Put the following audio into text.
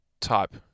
type